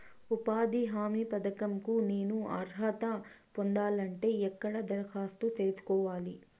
ఉపాధి హామీ పథకం కు నేను అర్హత పొందాలంటే ఎక్కడ దరఖాస్తు సేసుకోవాలి?